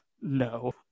no